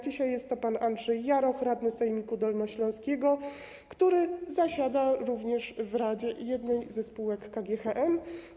Dzisiaj jest to pan Andrzej Jaroch, radny sejmiku dolnośląskiego, który zasiada również w radzie jednej ze spółek KGHM.